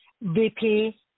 VP